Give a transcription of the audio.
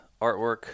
artwork